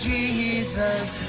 Jesus